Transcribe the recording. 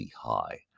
high